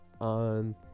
on